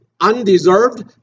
undeserved